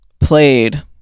played